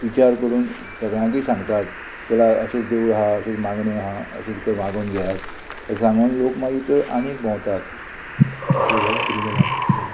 विचार करून सगळ्यांकूय सांगतात चला अशेंच देवूळ आहा अशेंच मागणी आहा अशेंच तर मागून घेयात सांगून लोक मागीर चड आनीक भोंवतात ओके गो कितें जालें